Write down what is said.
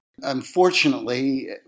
Unfortunately